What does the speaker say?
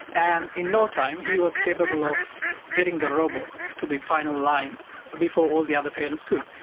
and in no time he was capable of getting the robots to the final line before all the other parents could.